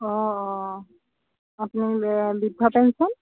অঁ অঁ আপুনি বৃদ্ধ পেঞ্চন